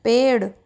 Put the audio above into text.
पेड़